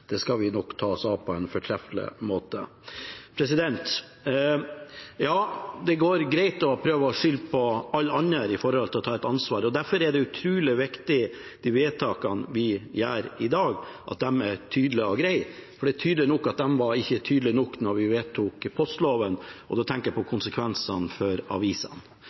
Det skal vi nok ta oss av på en fortreffelig måte. Ja, det er greit å prøve å skylde på alle andre når det gjelder å ta et ansvar. Derfor er det utrolig viktig at de vedtakene vi gjør i dag, er tydelige og greie, for det er tydelig at de ikke var tydelige nok da vi vedtok postloven, og da tenker jeg på konsekvensene for avisene.